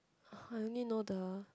I only know the